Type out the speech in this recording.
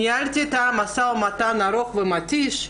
ניהלתי אתם משא ומתן ארוך ומתיש,